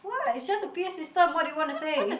why it's just a p_a system what do you want to say